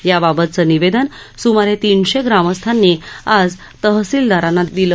याबाबतचं निवेदन सुमारे तीनशे ग्रामस्थांनी आज तहसिलदारांना दिलं